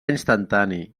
instantani